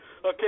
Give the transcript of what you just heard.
Okay